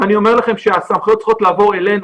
אני אומר לכם שהסמכויות צריכות לעבור אלינו.